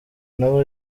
nabo